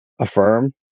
affirm